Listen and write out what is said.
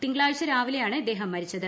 തിങ്കളാഴ്ച രാവിലെയാണ് ഇദ്ദേഹം മരിച്ചത്